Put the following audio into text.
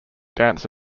dance